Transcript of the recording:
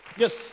Yes